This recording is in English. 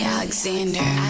Alexander